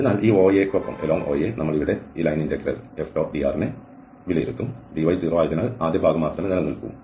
അതിനാൽ ഈ OA യ്ക്കൊപ്പം നമ്മൾ ഇവിടെയുള്ള ഈ ലൈൻ ഇന്റഗ്രൽ F⋅dr നെ വിലയിരുത്തും dy0 ആയതിനാൽ ആദ്യ ഭാഗം മാത്രമേ നിലനിൽക്കൂ